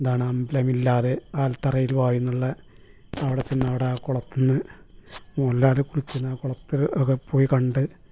എന്താണ് അമ്പലമില്ലാതെ ആൽത്തറയിൽ വാഴുന്നുള്ള അവിടെ തിണ്ണടെ ആ കുളത്തിന്ന് മോഹൻലാൽ കുളിക്കുന്ന ആ കുളത്തിൽ അതൊക്കെ പോയി കണ്ട്